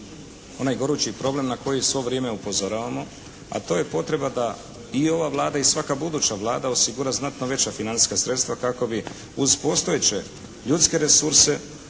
onaj gorući problem na koji svo vrijeme upozoravamo, a to je potreba da i ova Vlada i svaka buduća Vlada osigura znatno veća financijska sredstva kako bi uz postojeće ljudske resurse,